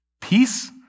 Peace